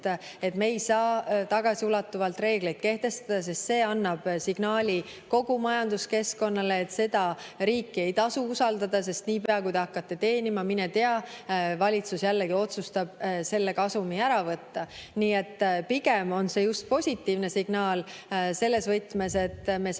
et me ei saa tagasiulatuvalt reegleid kehtestada, sest see annaks kogu majanduskeskkonnale signaali: "Seda riiki ei tasu usaldada, sest niipea, kui te hakkate teenima, mine tea, valitsus jällegi otsustab selle kasumi ära võtta."Nii et pigem on see just positiivne signaal selles võtmes, et me saame